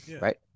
right